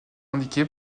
indiqué